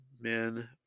men